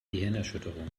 gehirnerschütterung